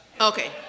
Okay